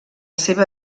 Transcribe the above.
seva